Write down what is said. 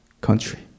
country